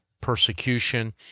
persecution